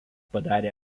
padarė